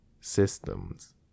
systems